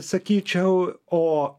sakyčiau o